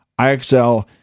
IXL